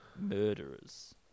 murderers